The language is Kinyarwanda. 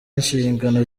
inshingano